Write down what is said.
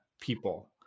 people